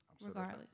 regardless